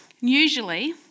Usually